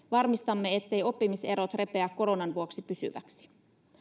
varmistamme etteivät oppimiserot repeä koronan vuoksi pysyviksi